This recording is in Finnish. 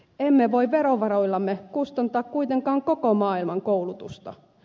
emme voi verovaroillamme kustantaa kuitenkaan koko maailman koulutusta